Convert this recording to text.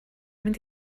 mynd